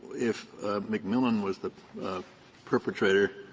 if mcmillan was the perpetrator,